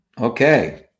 Okay